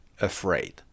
afraid